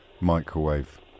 microwave